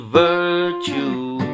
virtue